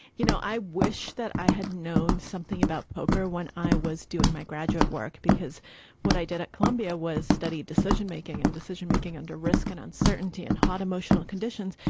you know, i wish that i had known something about poker when i was doing my graduate work because what i did at columbia was studied decision making and decision making under risk and uncertainty and hot emotional conditions.